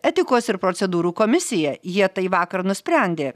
etikos ir procedūrų komisija jie tai vakar nusprendė